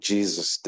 Jesus